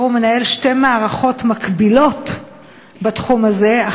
הוא מנהל שתי מערכות מקבילות בתחום הזה,